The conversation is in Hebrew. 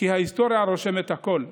כי ההיסטוריה רושמת הכול.